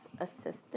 assistant